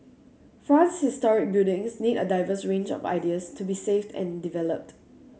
France's historic buildings need a diverse range of ideas to be saved and developed